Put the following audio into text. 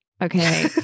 Okay